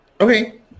Okay